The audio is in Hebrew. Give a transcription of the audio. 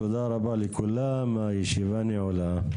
תודה רבה לכולם, הישיבה נעולה.